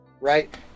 right